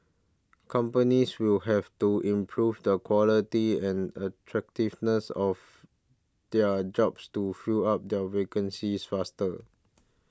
companies will have to improve the quality and attractiveness of their jobs to fill up their vacancies faster